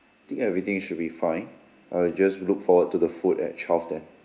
I think everything it should be fine I'll just look forward to the food at twelve then